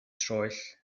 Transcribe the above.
troell